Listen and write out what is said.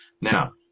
Now